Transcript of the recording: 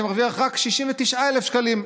שמרוויח רק 69,000 שקלים,